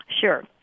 Sure